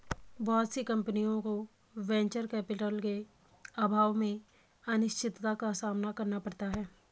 बहुत सी कम्पनियों को वेंचर कैपिटल के अभाव में अनिश्चितता का सामना करना पड़ता है